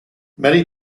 many